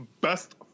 best